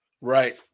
Right